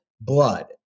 blood